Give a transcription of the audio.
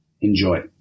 Enjoy